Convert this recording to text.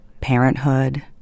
parenthood